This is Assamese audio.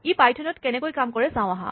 ই পাইথন ত কেনেকৈ কাম কৰে চাওঁ আহা